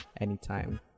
anytime